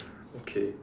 okay